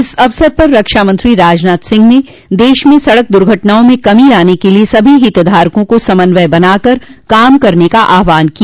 इस अवसर पर रक्षामंत्री राजनाथ सिंह ने देश में सड़क द्र्घटनाओं में कमी लाने के लिए सभी हितधारकों को समन्वय बनाकर काम करने का आह्वान किया